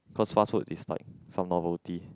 cause fast food is like some bubble tea